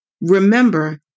Remember